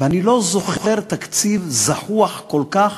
ואני לא זוכר תקציב זחוח כל כך,